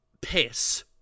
piss